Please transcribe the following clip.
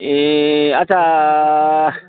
ए अच्छा